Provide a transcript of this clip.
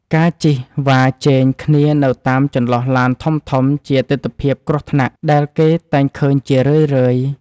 ការជិះវ៉ាជែងគ្នានៅតាមចន្លោះឡានធំៗជាទិដ្ឋភាពគ្រោះថ្នាក់ដែលគេតែងឃើញជារឿយៗ។